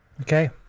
Okay